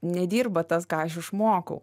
nedirba tas ką aš išmokau